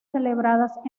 celebradas